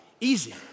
easy